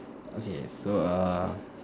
okay so err